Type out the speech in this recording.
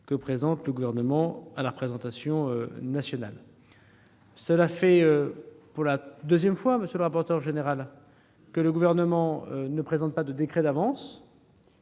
que présente le Gouvernement à la représentation nationale. Cela fait deux fois, monsieur le rapporteur général, que le Gouvernement ne présente pas de décret d'avance,